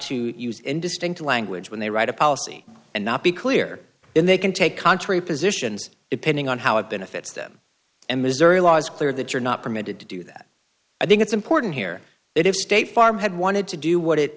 to use indistinct language when they write a policy and not be clear in they can take contrary positions depending on how it benefits them and missouri law is clear that you're not permitted to do that i think it's important here that if state farm had wanted to do what it